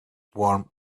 warm